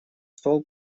стол